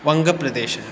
वङ्गप्रदेशः